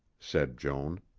said joan.